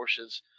Porsches